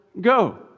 go